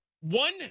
one